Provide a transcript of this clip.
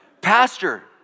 pastor